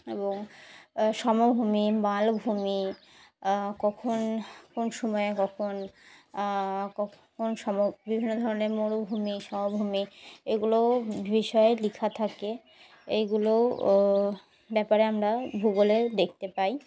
এবং সমভূমি মালভূমি কখন কোন সময়ে কখন ক কোন সম বিভিন্ন ধরনের মরুভূমি সমভূমি এগুলোও বিষয়ে লেখা থাকে এইগুলোও ব্যাপারে আমরা ভূগোলে দেখতে পাই